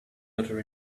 butter